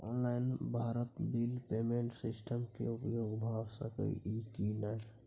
Online Bharat bill payment system के उपयोग भ सके इ की नय?